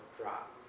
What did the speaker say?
drop